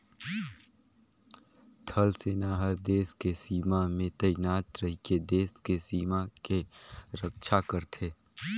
थल सेना हर देस के सीमा में तइनात रहिके देस के सीमा के रक्छा करथे